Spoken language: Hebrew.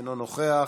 אינו נוכח,